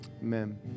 Amen